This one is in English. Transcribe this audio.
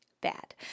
bad